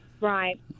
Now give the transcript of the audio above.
right